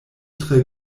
tre